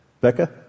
Becca